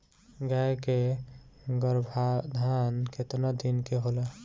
गाय के गरभाधान केतना दिन के होला?